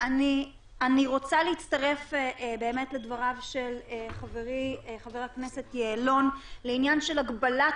אני רוצה להצטרף לדבריו של חברי חבר הכנסת יעלון לעניין של הגבלת